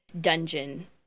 dungeon